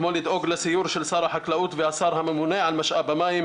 כמו לדאוג לסיור של שר החקלאות והשר הממונה על משאב המים,